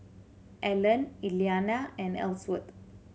Allan Elliana and Ellsworth